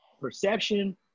Perception